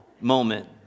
moment